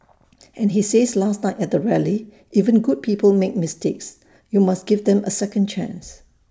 and he says last night at the rally even good people make mistakes you must give them A second chance